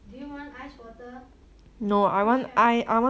do you want ice water the fridge have